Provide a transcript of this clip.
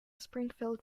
springfield